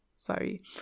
Sorry